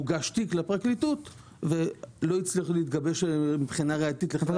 הוגש תיק לפרקליטות ולא הצליחו להתגבש מבחינה ראייתית לפתיחת תיק פלילי.